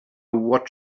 what